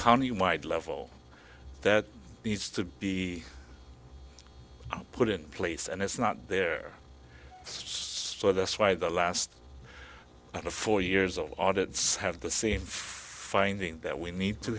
county wide level that needs to be put in place and it's not there it's so that's why the last four years of audits have the same finding that we need to